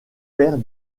père